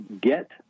get